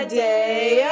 day